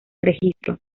registro